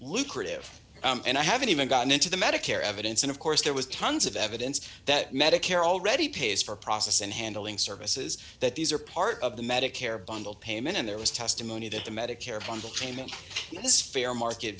lucrative and i haven't even gotten into the medicare evidence and of course there was tons of evidence that medicare already pays for process and handling services that these are part of the medicare bundled payment and there was testimony that the medicare bundle trainmen this fair market